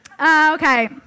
Okay